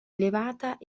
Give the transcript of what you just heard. elevata